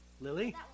Lily